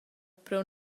pro